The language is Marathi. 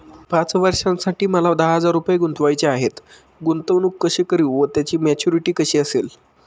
पाच वर्षांसाठी मला दहा हजार रुपये गुंतवायचे आहेत, गुंतवणूक कशी करु व त्याची मॅच्युरिटी कशी असेल?